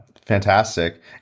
fantastic